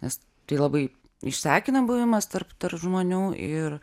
nes tai labai išsekina buvimas tarp tarp žmonių ir